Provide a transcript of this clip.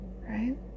Right